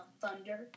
thunder